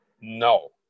no